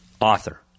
Author